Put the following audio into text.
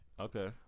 Okay